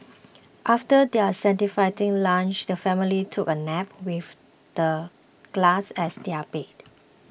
after their satisfying lunch the family took a nap with the glass as their bed